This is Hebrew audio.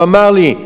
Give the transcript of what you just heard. הוא אמר לי: